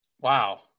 Wow